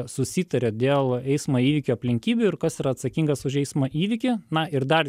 susitaria dėl eismo įvykio aplinkybių ir kas yra atsakingas už eismo įvykį na ir dar